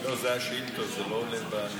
לא, אלה השאילתות, זה לא הולם במציאות.